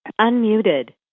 Unmuted